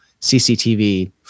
cctv